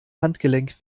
handgelenk